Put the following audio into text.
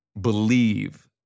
believe